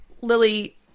Lily